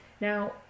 Now